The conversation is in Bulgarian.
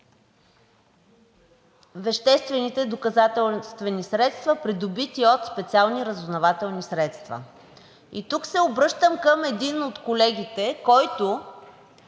веществените доказателствени средства, придобити от специални разузнавателни средства. И тук се обръщам към един от колегите, който